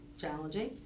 challenging